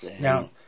Now